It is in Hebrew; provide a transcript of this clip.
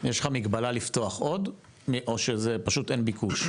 יש לך מגבלה לפתוח עוד, או שפשוט אין ביקוש?